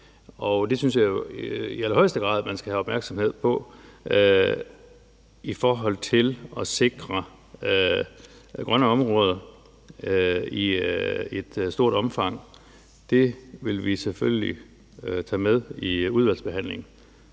det synes jeg jo i allerhøjeste grad at man skal have opmærksomhed på i forhold til at sikre grønne områder i et stort omfang, og det vil vi selvfølgelig tage med ind i udvalgsbehandlingen.